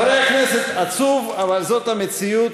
חברי הכנסת, עצוב, אבל זאת המציאות.